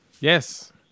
yes